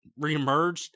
reemerged